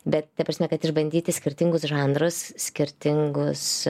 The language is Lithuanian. bet ta prasme kad išbandyti skirtingus žanrus skirtingus